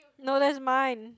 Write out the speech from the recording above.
no that's mine